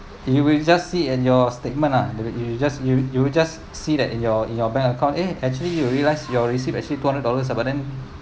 you will just see in your statement lah you will just you you will just see that in your in your bank account eh actually you will realize your receipt actually two hundred dollars ah but then